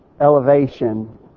elevation